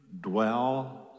dwell